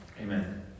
Amen